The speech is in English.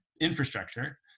infrastructure